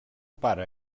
pare